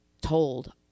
told